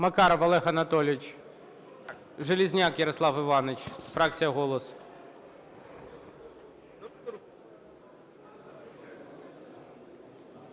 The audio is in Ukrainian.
Макаров Олег Анатолійович. Железняк Ярослав Іванович, фракція "Голос".